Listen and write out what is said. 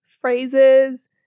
phrases